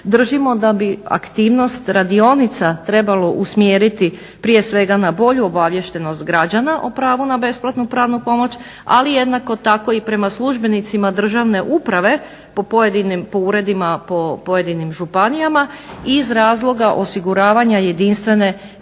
držimo da bi aktivnost radionica trebalo usmjeriti prije svega na bolju obaviještenost građana o pravu na besplatnu pravnu pomoć. Ali jednako tako i prema službenicima državne uprave po pojedinim, po uredima po pojedinim županijama i iz razloga osiguranja jedinstvene